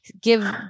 give